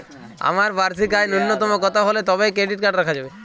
আমার বার্ষিক আয় ন্যুনতম কত হলে তবেই ক্রেডিট কার্ড রাখা যাবে?